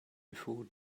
before